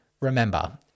remember